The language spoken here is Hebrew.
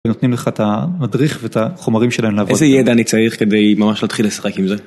נותנים לך את המדריך ואת החומרים שלהם לעבוד. איזה ידע אני צריך כדי ממש להתחיל לשחק עם זה?